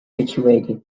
situated